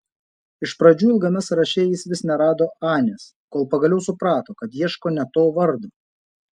iš pradžių ilgame sąraše jis vis nerado anės kol pagaliau suprato kad ieško ne to vardo